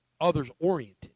others-oriented